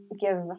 give